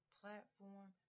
platform